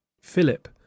philip